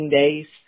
days